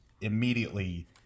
immediately